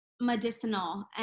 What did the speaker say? medicinal